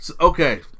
Okay